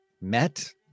met